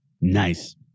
Nice